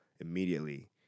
immediately